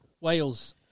Wales